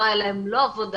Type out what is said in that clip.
לא היה להם לא עבודה,